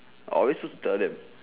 are we suppose to tell them